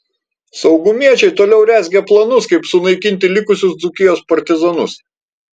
saugumiečiai toliau rezgė planus kaip sunaikinti likusius dzūkijos partizanus